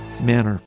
manner